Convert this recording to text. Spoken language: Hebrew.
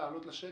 לעלות לשטח?